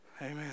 Amen